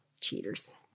Cheaters